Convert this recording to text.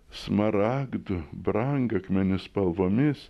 smaragdų brangakmenių spalvomis